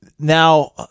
Now